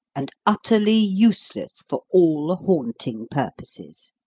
and utterly useless for all haunting purposes.